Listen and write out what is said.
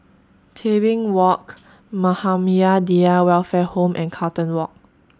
Tebing Walk Muhammadiyah Welfare Home and Carlton Walk